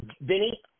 Vinny